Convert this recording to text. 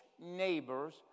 neighbors